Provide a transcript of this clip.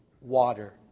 water